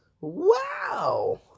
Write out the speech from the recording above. Wow